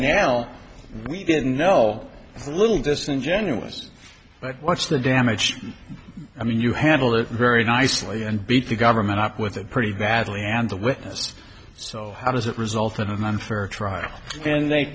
now we didn't know a little disingenuous but what's the damage i mean you handle it very nicely and beat the government up with a pretty badly and the witness so how does it result in an unfair trial and they